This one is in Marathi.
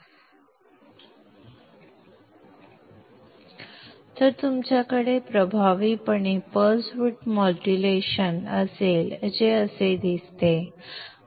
तर तुमच्याकडे संदर्भ वेळ 1730 प्रभावीपणे पल्स विड्थ मॉड्युलेशन असेल जे असे दिसते आणि असेच